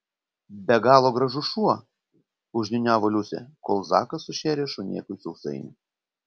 be galo gražus šuo užniūniavo liusė kol zakas sušėrė šunėkui sausainį